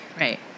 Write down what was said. right